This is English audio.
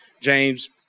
James